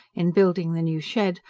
in building the new shed,